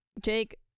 Jake